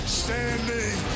standing